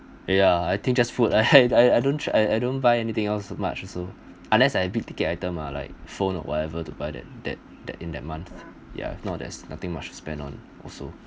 ya I think just food I had I I don't I I don't buy anything else much also unless like big ticket item ah like phone or whatever to buy that that that in that month ya if not there's nothing much to spend on also